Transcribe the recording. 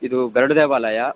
ಇದು ಗರುಡ ದೇವಾಲಯ